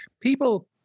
People